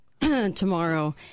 tomorrow